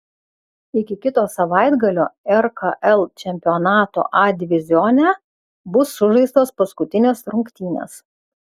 iki kito savaitgalio rkl čempionato a divizione bus sužaistos paskutinės rungtynės